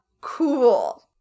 cool